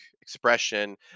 expression